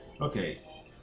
Okay